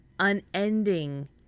unending